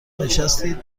نشستید